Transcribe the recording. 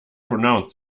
pronounced